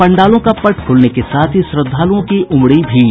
पंडालों का पट खुलने के साथ ही श्रद्धालुओं की उमड़ी भीड़